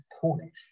Cornish